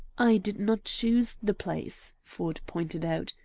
i did not choose the place, ford pointed out.